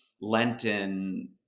Lenten